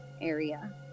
area